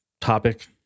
topic